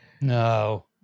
No